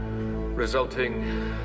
resulting